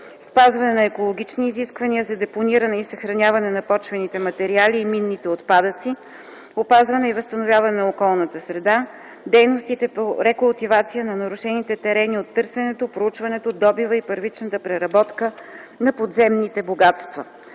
спазване на екологичните изисквания за депониране и съхраняване на почвените материали и минните отпадъци; опазване и възстановяване на околната среда; дейностите по рекултивация на нарушените терени от търсенето, проучването, добива и първичната преработка на подземните богатства.